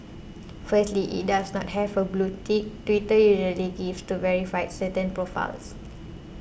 firstly it does not have a blue tick Twitter usually gives to verify certain profiles